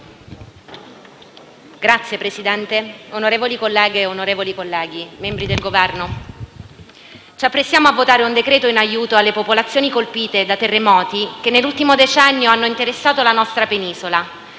Signor Presidente, onorevoli colleghe e onorevoli colleghi, membri del Governo, ci apprestiamo a convertire un decreto-legge in aiuto alle popolazioni colpite dai terremoti che nell'ultimo decennio hanno interessato la nostra penisola.